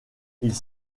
ils